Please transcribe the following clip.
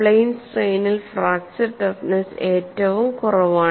plain സ്ട്രെയിനിൽ fracture toughness ഏറ്റവും കുറവാണ്